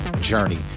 Journey